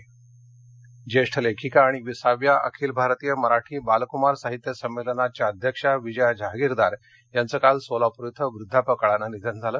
विजया जहागीरदार निधन ज्येष्ठ लेखिका आणि विसाव्या अखिल भारतीय मराठी बालकुमार साहित्य संमेलनाच्या अध्यक्षा विजया जहागीरदार यांचं काल सोलापूर इथं वृद्धापकाळानं निधन झालं